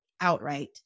outright